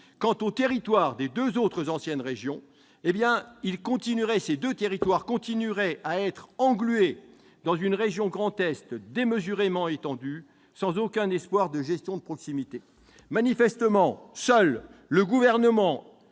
Quant aux territoires des deux autres anciennes régions, ils continueraient à être englués dans une région Grand Est démesurément étendue, sans aucun espoir de gestion de proximité. Manifestement, seuls le Gouvernement,